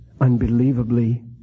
unbelievably